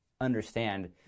understand